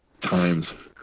times